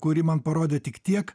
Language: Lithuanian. kuri man parodė tik tiek